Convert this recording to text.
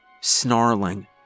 Snarling